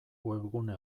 webgune